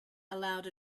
allowed